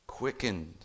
Quickened